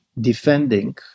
defending